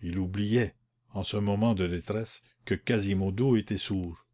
il oubliait en ce moment de détresse que quasimodo était sourd